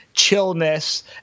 chillness